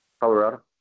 Colorado